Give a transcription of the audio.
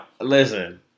Listen